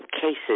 cases